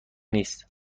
نیست